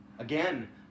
Again